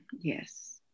yes